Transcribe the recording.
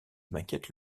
m’inquiète